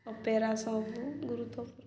ସବୁ ଗୁରୁତ୍ୱପୂର୍ଣ୍ଣ